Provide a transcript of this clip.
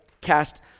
cast